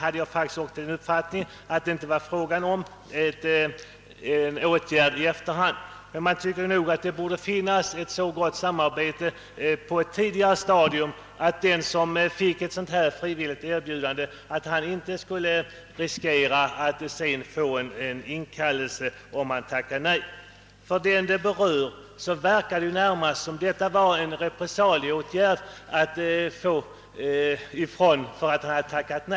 Även jag hade den uppfattningen att det inte var fråga om en åtgärd i efterhand. Men nog borde det på ett tidigare stadium finnas ett så gott samarbete, att den som fick ett erbjudande om frivillig tjänstgöring men tackade nej inte senare skulle behöva riskera att få en inkallelse gällande samma tidsperiod. För dem detta berör måste en sådan inkallelseorder verka som en repressalieåtgärd.